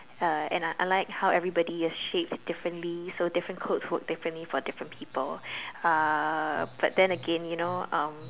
uh and uh I like how everybody is shaped differently so different clothes work differently for different people uh but then again you know um